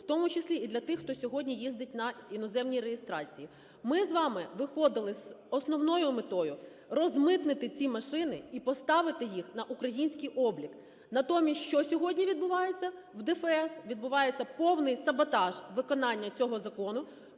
в тому числі і для тих, хто сьогодні їздить на іноземній реєстрації, ми з вами виходили з основною метою – розмитнити ці машини і поставити їх на український облік. Натомість що сьогодні відбувається в ДФС? Відбувається повний саботаж виконання цього закону,